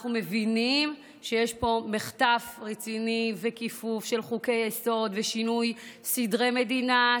אנחנו מבינים שיש פה מחטף רציני וכיפוף של חוקי-יסוד ושינוי סדרי מדינה,